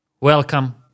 welcome